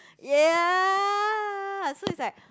ya so it's like